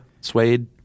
Suede